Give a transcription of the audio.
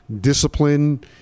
discipline